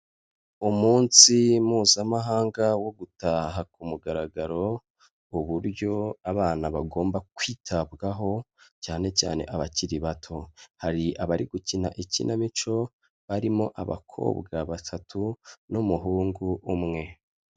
Umunsi mpuzamahanga wo gutaha ku mugaragaro uburyo abana bagomba kwitabwaho cyane cyane abakiri bato, hari abari gukina ikinamico barimo abakobwa batatu n'umuhungu umwe.